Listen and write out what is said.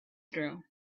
through